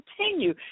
continue